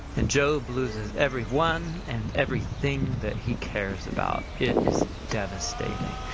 and job losses everyone and everything that he cares about. it is devastating.